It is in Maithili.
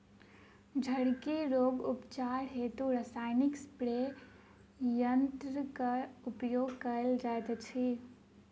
झड़की रोगक उपचार हेतु रसायनिक स्प्रे यन्त्रकक प्रयोग कयल जाइत अछि